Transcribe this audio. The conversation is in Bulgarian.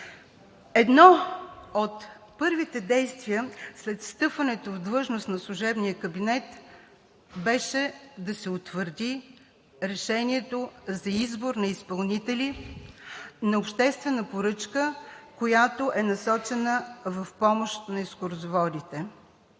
Едно от първите действия след встъпването в длъжност на служебния кабинет беше да се утвърди решението за избор на изпълнители на обществена поръка, която е насочена в помощ на екскурзоводите.